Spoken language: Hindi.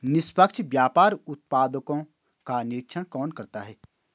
निष्पक्ष व्यापार उत्पादकों का निरीक्षण कौन करता है?